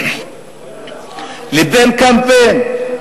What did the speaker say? ובין קמפיין,